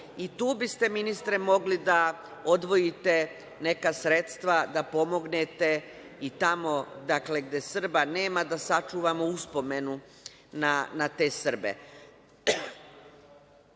Tu biste ministre mogli da odvojite neka sredstva, da pomognete i tamo gde Srba nema, da sačuvamo uspomenu na te Srbe.U